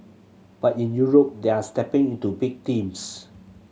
but in Europe they are stepping into big teams